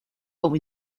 como